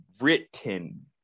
written